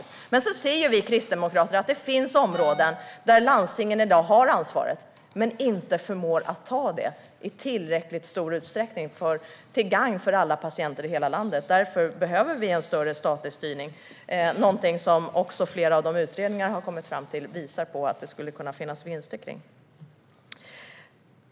Vi kristdemokrater säger också att det finns områden där landstingen i dag har ansvaret men inte förmår att ta det i tillräckligt stor utsträckning till gagn för alla patienter i hela landet. Därför behöver vi en större statlig styrning. Det är också någonting som flera utredningar har kommit fram till, och de visar på att det skulle kunna finnas vinster med detta.